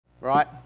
right